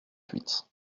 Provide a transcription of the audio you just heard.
huit